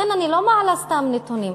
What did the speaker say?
לכן, אני לא מעלה סתם נתונים.